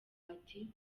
ati